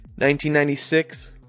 1996